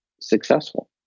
successful